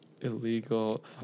illegal